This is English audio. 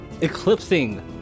eclipsing